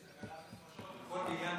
זאת סכנת